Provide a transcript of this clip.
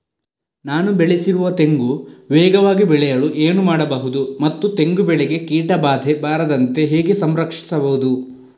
ನಾನು ಬೆಳೆಸಿರುವ ತೆಂಗು ವೇಗವಾಗಿ ಬೆಳೆಯಲು ಏನು ಮಾಡಬಹುದು ಮತ್ತು ತೆಂಗು ಬೆಳೆಗೆ ಕೀಟಬಾಧೆ ಬಾರದಂತೆ ಹೇಗೆ ಸಂರಕ್ಷಿಸುವುದು?